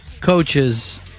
coaches